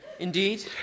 Indeed